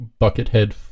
buckethead